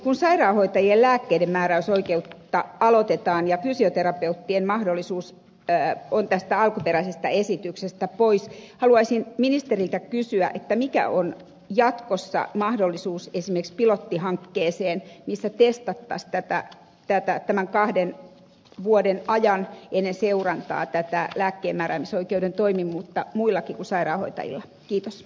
kun sairaanhoitajien lääkkeiden määräysoikeutta aloitetaan ja fysioterapeuttien mahdollisuus on tästä alkuperäisestä esityksestä pois haluaisin ministeriltä kysyä mikä on jatkossa mahdollisuus esimerkiksi pilottihankkeeseen missä testattaisiin kahden vuoden ajan ennen seurantaa tätä lääkkeen määräämisoikeuden toimivuutta muillakin sairaanhoitajien kiitos